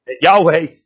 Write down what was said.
Yahweh